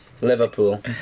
Liverpool